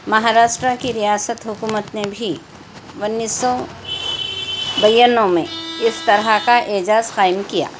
مہاراشٹرا کی ریاست حکومت نے بھی انیس سو بانوے میں اس طرح کا اعزاز قائم کیا